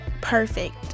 perfect